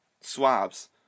swabs